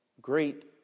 great